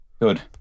Good